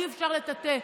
אי-אפשר לטאטא.